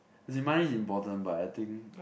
as money is important but I think